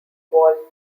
wall